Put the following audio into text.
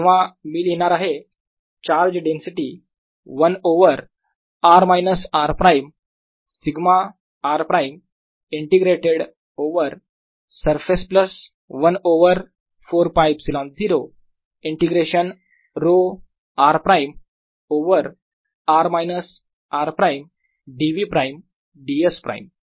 तेव्हा मी लिहिणार charge density 1 over r minus r prime σ r prime integrated over surface plus 1 over 4πε0 integration rho r prime over r minus r prime dv prime ds prime